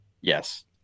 yes